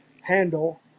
handle